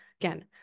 again